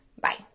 bye